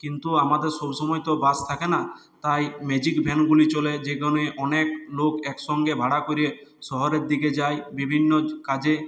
কিন্তু আমাদের সবসময় তো বাস থাকে না তাই ম্যাজিক ভ্যানগুলি চলে যেখানে অনেক লোক একসঙ্গে ভাড়া করে শহরের দিকে যায় বিভিন্ন কাজে